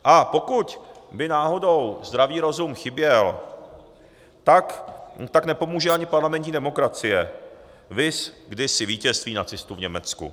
A pokud by náhodou zdravý rozum chyběl, nepomůže ani parlamentní demokracie, viz kdysi vítězství nacistů v Německu.